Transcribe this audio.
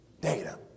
Data